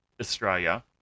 Australia